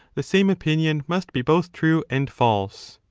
the same opinion must be both true and false.